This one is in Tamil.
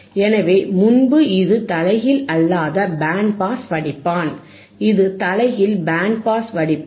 எனவே முன்பு இது தலைகீழ் அல்லாத பேண்ட் பாஸ் வடிப்பான் இது தலைகீழ் பேண்ட் பாஸ் வடிப்பான்